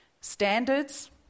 standards